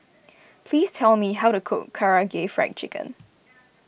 please tell me how to cook Karaage Fried Chicken